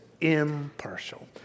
impartial